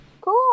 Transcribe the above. cool